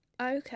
Okay